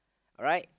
alright